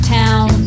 town